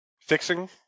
fixing